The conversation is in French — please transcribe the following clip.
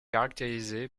caractérisé